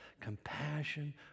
compassion